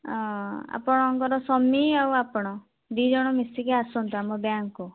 ଅଁ ଆପଣଙ୍କର ସ୍ୱାମୀ ଆଉ ଆପଣ ଦୁଇଜଣ ମିଶିକି ଆସନ୍ତୁ ଆମ ବ୍ୟାଙ୍କକୁ